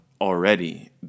already